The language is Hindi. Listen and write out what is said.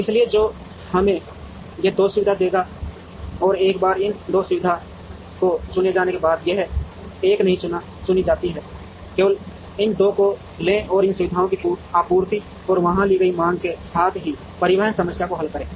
इसलिए जो हमें ये 2 सुविधाएं देगा और एक बार इन 2 सुविधाओं को चुने जाने के बाद यह एक नहीं चुनी जाती है केवल इन 2 को लें और इन सुविधाओं की आपूर्ति और वहां ली गई मांग के साथ परिवहन समस्या को हल करें